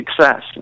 success